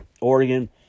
Oregon